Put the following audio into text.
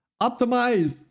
Optimized